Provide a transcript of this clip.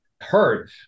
heard